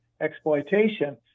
Exploitation